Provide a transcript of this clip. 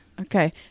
Okay